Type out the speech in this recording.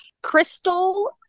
crystal